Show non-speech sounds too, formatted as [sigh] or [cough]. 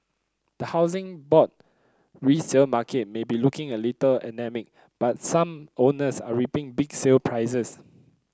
the Housing Board resale market may be looking a little [unintelligible] but some owners are reaping big sale prices